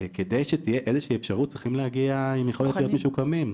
כדי שתהיה איזה שהיא אפשרות צריך להגיע עם יכולת להיות משוקמים,